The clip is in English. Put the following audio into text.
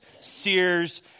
Sears